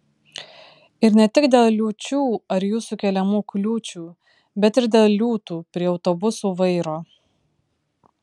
ir ne tik dėl liūčių ar jų sukeliamų kliūčių bet ir dėl liūtų prie autobusų vairo